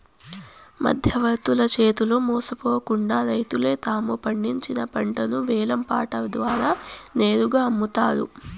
మధ్యవర్తుల చేతిలో మోసపోకుండా రైతులే తాము పండించిన పంటను వేలం పాట ద్వారా నేరుగా అమ్ముతారు